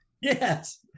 yes